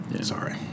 sorry